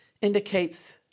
indicates